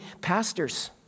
pastors